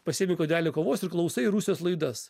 pasiimi puodelį kavos ir klausai rusijos laidas